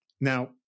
Now